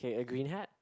okay a green hat